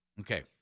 Okay